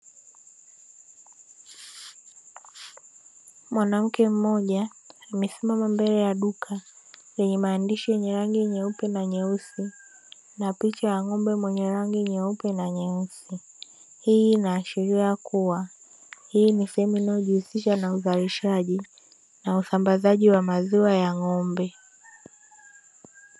Mwanamke mmoja amesimama mbele ya duka yenye maandishi ya rangi nyeupe na nyeusi ,na picha ya ng'ombe mwenye rangi nyeupe. Hii inaasharia kuwa hii ni sehemu inayohusishwa na uzalishaji na wasambazaji wa maziwa ya ng'ombe.